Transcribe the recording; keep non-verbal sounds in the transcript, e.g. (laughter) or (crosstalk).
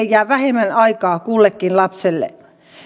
(unintelligible) jää vähemmän aikaa kullekin lapselle